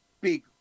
big